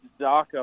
Zaka